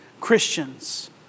Christians